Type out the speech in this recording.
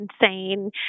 insane